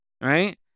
Right